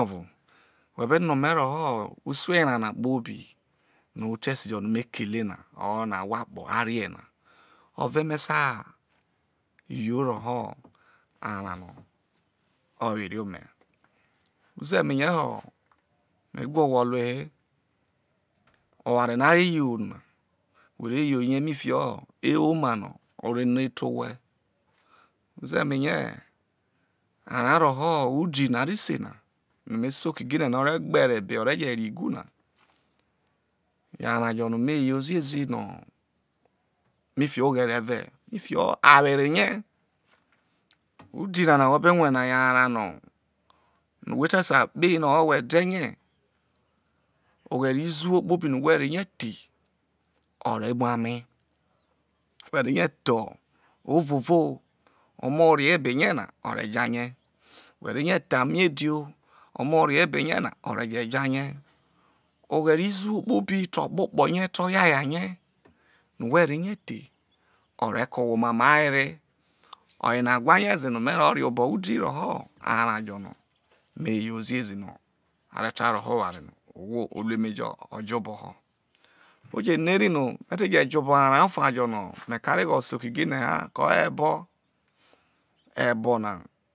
Oniovo who be no ome roho usu erao na kpobi no ore se jo ho no me kele na or ne ahwo akpo a rie nai-ove me sai yo woho arao no o were ome ureme ne ho me gu owhe orue he oware no ai yo who re yo rie fiki ewoma no o ore noi re owho uzeme rie arao roho udi no a se na no me se kigine na no o re gbere ebe o re je re igu na yo arao jo nome you ziezi no fiki oghere ve fiki awere rie udi na no whe be ive na yo arao no no whe te sai kpei or whe de rie oghere izuwo kpobi no whe rehie ro the o re mu ame whe te rehie the ovovo omo ore ebene na o re jane, whe rehie the ame-edi o omo ore eberie na ore jo jarie oghere izuwo kpobi okpokpo rie te o yaya rie no whe rehie the ore ke owhe omamo awere oyena wha rieze no me ro rie obo udi roho arao jo no meyou ziezi a re ta roho oware no ohwo o ruemejo ojo obo ho o je no ere no me te je je obo ho arao ofa no me karegheho se kigine ha oye ho ebo ebo na.